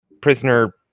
prisoner